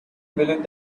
believed